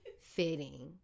fitting